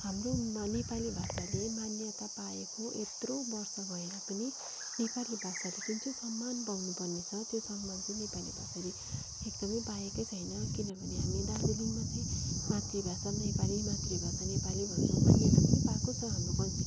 हाम्रोमा नेपाली भाषाले मान्यता पाएको यत्रो वर्ष भएर पनि नेपाली भाषाले जुन चाहिँ सम्मान पाउनुपर्ने छ त्यो सम्मान चाहिँ नेपाली भाषाले एकदमै पाएकै छैन किनभने हामी दार्जिलिङमा चाहिँ मातृभाषा नेपाली मातृभाषा नेपाली भन्छौँ मान्यता पनि पाएको छ हाम्रो कन्स